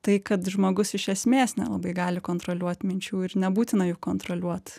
tai kad žmogus iš esmės nelabai gali kontroliuot minčių ir nebūtina jų kontroliuot